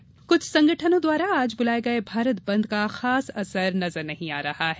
कथित भारत बंद कुछ संगठनों द्वारा आज बुलाये गये भारत बन्द का खास असर नजर नहीं आ रहा है